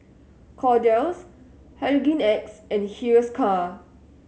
Kordel's Hygin X and Hiruscar